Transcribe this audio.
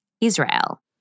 Israel